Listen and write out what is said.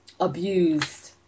abused